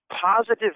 positive